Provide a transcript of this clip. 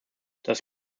das